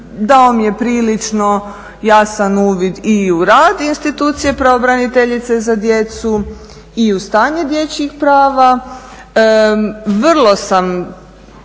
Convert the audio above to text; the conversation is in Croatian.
dao mi je prilično jasna uvid i u rad institucije pravobraniteljice za djecu i u stanje dječjih prava. Vrlo sam